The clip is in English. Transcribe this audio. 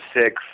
six